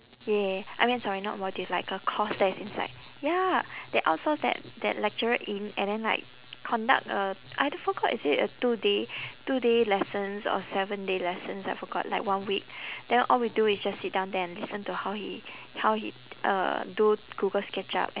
ya I mean sorry not module it's like a course that is inside ya they outsourced that that lecturer in and then like conduct a I forgot is it a two day two day lessons or seven day lessons I forgot like one week then all we do is just sit down there and listen to how he how he uh do google sketchup and